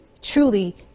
truly